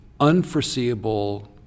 unforeseeable